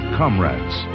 comrades